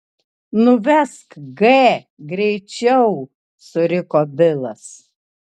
nuvesk g greičiau suriko bilas